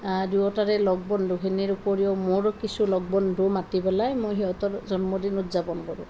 দুয়োটাৰে লগ বন্ধুখিনিৰ উপৰিও মোৰ কিছু লগ বন্ধু মাতি পেলাই মই সিহঁতৰ জন্মদিন উদযাপন কৰোঁ